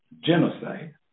genocide